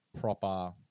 proper